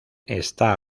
esta